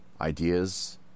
ideas